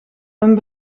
een